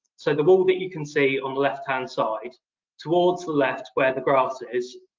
so the wall that you can see on the left-hand side towards the left where the grass is,